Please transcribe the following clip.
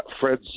Fred